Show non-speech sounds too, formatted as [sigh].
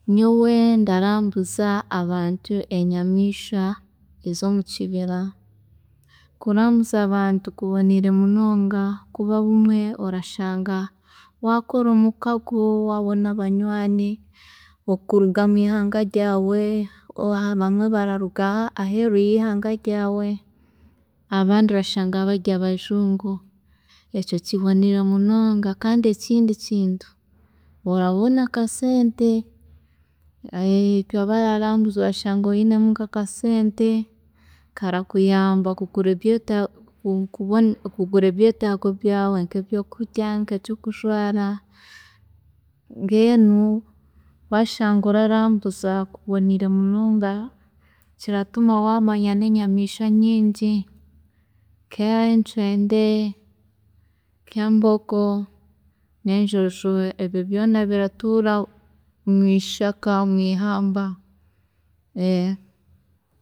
﻿Nyowe ndaraambuza abantu enyameishwa ezomukibira, kuraambuza abantu kuboniire munonga kuba obumwe orashanga wakora emikagao obone abanywaani okuruga mwihanga ryaawe, abamwe bararuga aheeru yeihanga ryaawe abandi orashanga bari abajungu, ekyo kiboniire munonga kandi ekindi kintu orabona akasente, [hesitation] itwe abararambuza orashanga oyinemu nk'akasente, karakuyamba kugura ebyetaa kubo kuboona kugura ebyetaago byawe nkebyokurya, nkekyokujwaara, mbwenu washanga oraraambuza kuboniire munonga, kiratuma wamanya nenyamiishwa nyingi, nkenkeende, nkembogo, nenjojo, ebyo byoona biratuura mukshaka mwiihamba [hesitation]